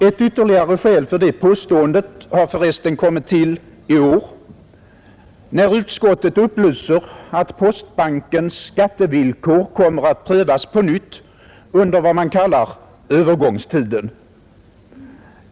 Ännu ett skäl för det påståendet har förresten kommit till i år, när utskottet upplyser att postbankens skattevillkor kommer att prövas på nytt under vad man kallar övergångstiden.